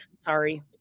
sorry